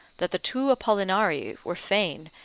that the two apollinarii were fain,